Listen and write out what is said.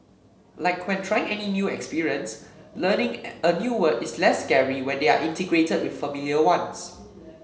like when trying any new experience learning a new word is less scary when they are integrated with familiar ones